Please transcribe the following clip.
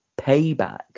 payback